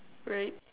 right